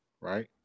right